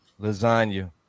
lasagna